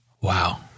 Wow